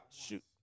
shoot